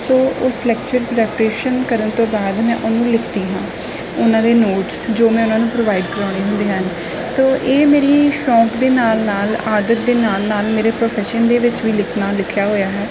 ਸੋ ਉਸ lecture preparation ਕਰਨ ਤੋਂ ਬਾਅਦ ਮੈਂ ਉਹਨੂੰ ਲਿਖਦੀ ਹਾਂ ਉਹਨਾਂ ਦੇ ਨੋਟਸ ਜੋ ਮੈਂ ਉਹਨਾਂ ਨੂੰ ਪ੍ਰੋਵਾਈਡ ਕਰਵਾਉਣੇ ਹੁੰਦੇ ਹਨ ਤੋ ਇਹ ਮੇਰੀ ਸ਼ੌਂਕ ਦੇ ਨਾਲ ਨਾਲ ਆਦਤ ਦੇ ਨਾਲ ਨਾਲ ਮੇਰੇ ਪ੍ਰੋਫੈਸ਼ਨ ਦੇ ਵਿੱਚ ਵੀ ਲਿਖਣਾ ਲਿਖਿਆ ਹੋਇਆ ਹੈ